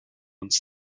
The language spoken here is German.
uns